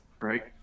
right